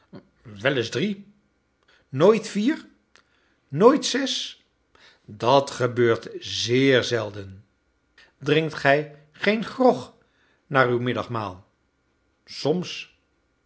vier nooit zes dat gebeurt zeer zelden drinkt gij geen grog na uw middagmaal soms